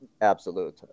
absolute